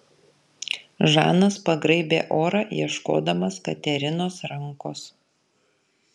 žanas pagraibė orą ieškodamas katerinos rankos